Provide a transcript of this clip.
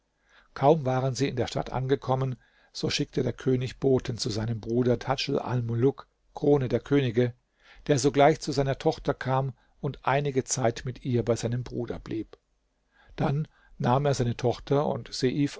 kaum waren sie in der stadt angekommen so schickte der könig boten zu seinem bruder tadj almuluk krone der könige der sogleich zu seiner tochter kam und einige zeit mit ihr bei seinem bruder blieb dann nahm er seine tochter und